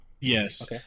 Yes